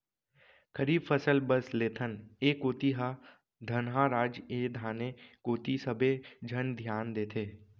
खरीफ फसल बस लेथन, ए कोती ह धनहा राज ए धाने कोती सबे झन धियान देथे